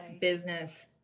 business